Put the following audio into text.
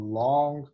long